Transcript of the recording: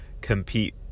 compete